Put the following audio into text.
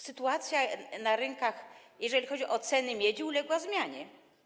Sytuacja na rynkach, jeżeli chodzi o ceny miedzi, uległa zmianie.